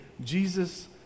Jesus